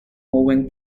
moving